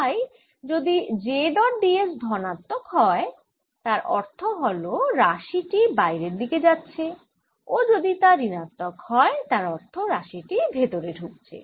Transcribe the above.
তাই যদি j dot d s ধনাত্মক হয় তার অর্থ হল রাশি টি বাইরের দিকে যাচ্ছে ও যদি তা ঋণাত্মক হয় তার অর্থ রাশি টি ভেতরে ঢুকছে